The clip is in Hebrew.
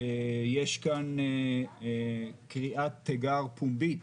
שיש כאן קריאת תיגר פומבית